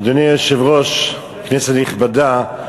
אדוני היושב-ראש, כנסת נכבדה,